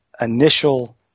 initial